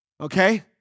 Okay